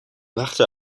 wachte